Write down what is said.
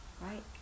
right